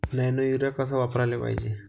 Nano urea कस वापराले पायजे?